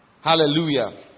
Hallelujah